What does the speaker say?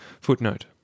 Footnote